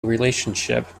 relationship